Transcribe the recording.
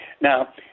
Now